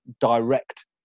direct